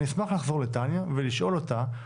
אני אשמח לחזור לתניה ולשאול אותה,